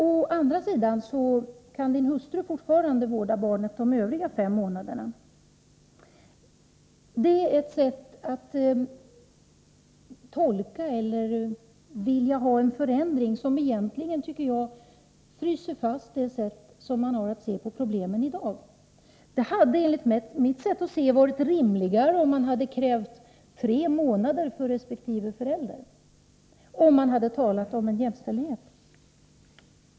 Å andra sidan kan era hustrur vårda barnen de övriga fem månaderna. Det är ett sätt att tolka bestämmelserna eller vilja ha en förändring som jag tycker egentligen fryser fast det sätt på vilket man i dag har att se på problemen. Det hade enligt mitt sätt att se varit rimligare att kräva tre månaders ledighet för resp. förälder, om man hade velat tala om jämställdhet.